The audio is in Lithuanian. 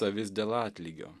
avis dėl atlygio